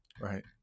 Right